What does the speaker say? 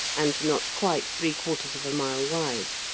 and not quite three-quarters of a mile wide,